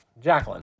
Jacqueline